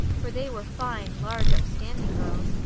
for they were fine, large, upstanding girls,